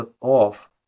off